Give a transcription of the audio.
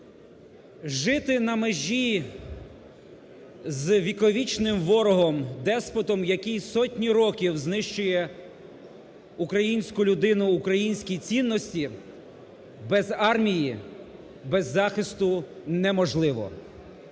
Жити на межі з віковічним ворогом-деспотом, який сотні років знищує українську людину, українські цінності, без армії, без захисту неможливо.